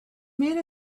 made